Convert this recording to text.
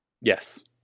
Yes